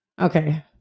Okay